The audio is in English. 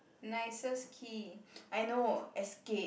nicest key I know escape